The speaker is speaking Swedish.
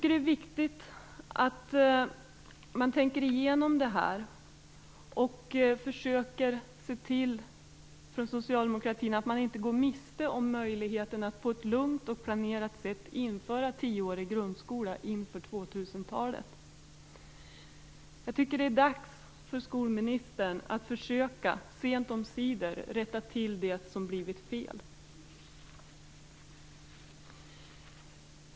Det är viktigt att man inom socialdemokratin tänker igenom det här och försöker att inte gå miste om möjligheten att på ett lugnt och planerat sätt införa tioårig grundskola inför 2000-talet. Det är dags för skolministern att försöka sent omsider rätta till det som blivit fel.